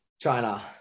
China